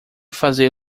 fazer